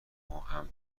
ماهم